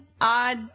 odd